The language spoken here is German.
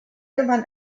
gewann